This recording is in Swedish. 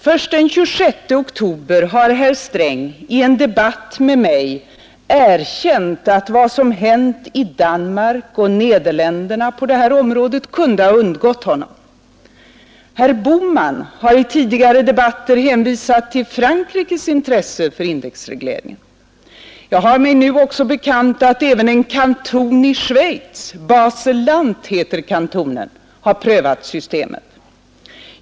Först den 26 oktober har herr Sträng i en debatt med mig erkänt att vad som hänt i Danmark och Nederländerna på detta område kunde ha undgått honom. Herr Bohman har i tidigare debatter hänvisat till Frankrikes intresse för indexregleringen. Jag har mig nu bekant att även en kanton i Schweiz — Basel—Land heter kantonen — prövat systemet.